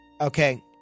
okay